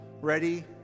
Ready